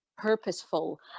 purposeful